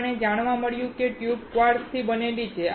આપણને જાણવા મળ્યું કે ટ્યુબ ક્વાર્ટઝ થી બનેલી છે